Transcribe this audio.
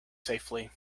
safely